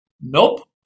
Nope